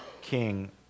king